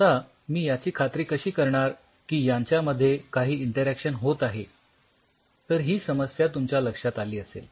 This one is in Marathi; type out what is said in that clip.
आता मी याची खात्री कशी करणार की यांच्यामध्ये काही इंटरॅक्शन होत आहे तर ही समस्या तुमच्या लक्षात आली असेल